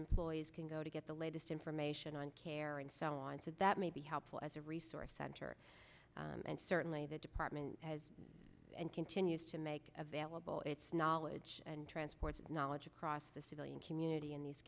employees can go to get the latest information on care and so on and so that may be helpful as a resource center and certainly the department has and continues to make available its knowledge and transports knowledge across the civilian community in these